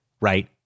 right